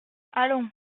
allons